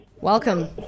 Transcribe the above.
Welcome